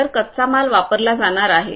तर कच्चा माल वापरला जाणार आहे